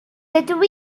dydw